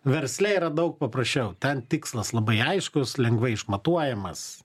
versle yra daug paprasčiau ten tikslas labai aiškus lengvai išmatuojamas